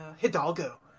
Hidalgo